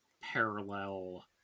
parallel